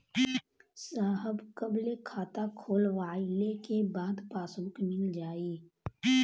साहब कब ले खाता खोलवाइले के बाद पासबुक मिल जाई?